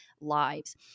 lives